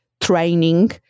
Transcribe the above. training